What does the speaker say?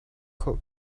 khawh